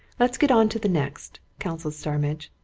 let's get on to the next, counselled starmidge.